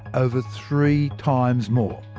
over three times more.